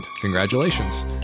Congratulations